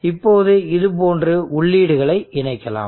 இப்போது இது போன்று உள்ளீடுகளை இணைக்கலாம்